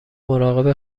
مراقب